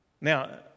Now